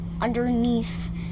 underneath